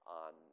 on